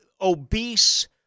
obese